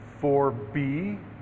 4b